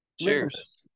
cheers